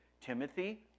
Timothy